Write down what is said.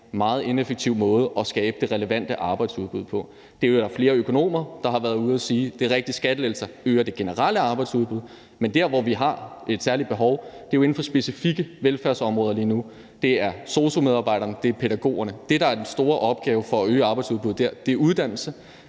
meget ineffektiv måde at skabe det relevante arbejdsudbud på. Det er der flere økonomer der har været ude at sige. Det er rigtigt, at skattelettelser øger det generelle arbejdsudbud, men der, hvor vi har et særligt behov, er jo inden for specifikke velfærdsområder lige nu. Det er sosu-medarbejderne, og det er pædagogerne. Det, der er den store opgave i forhold til at øge arbejdsudbuddet der, er uddannelse;